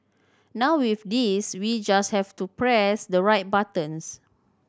now with this we just have to press the right buttons